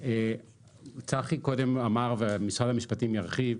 צחי קודם אמר ומשרד המשפטים ירחיב.